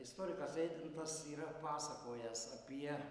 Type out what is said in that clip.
istorikas eidintas yra pasakojęs apie